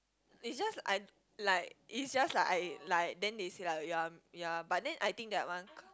is just I like is just I like then they said like ya ya but then I think that one